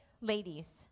ladies